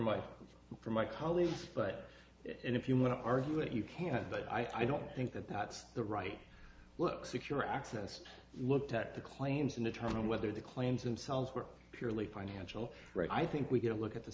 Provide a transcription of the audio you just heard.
my for my colleagues but if you want to argue it you can but i don't think that that's the right look secure access looked at the claims and determine whether the claims in cells were purely financial right i think we get a look at the